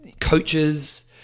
coaches